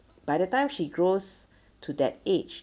by the time she grows to that age